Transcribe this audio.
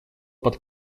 под